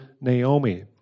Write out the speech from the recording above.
Naomi